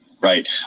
right